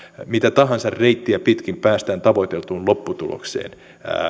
mitä tahansa reittiä pitkin päästään tavoiteltuun lopputulokseen